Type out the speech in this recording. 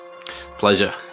pleasure